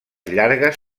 llargues